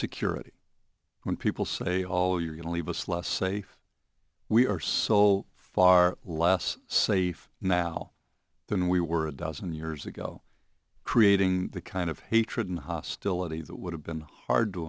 security when people say all you're going to leave us less safe we are so far less safe now than we were a dozen years ago creating the kind of hatred and hostility that would have been hard to